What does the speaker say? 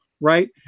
Right